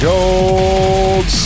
Gold